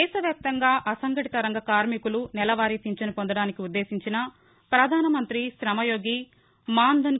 దేశ వ్యాప్తంగా అసంఘటిత రంగ కార్మికులు నెలవారీ పింఛను పొందడానికి ఉద్దేశించిన ప్రధాన మంత్రి శమయోగి మాన్ధన్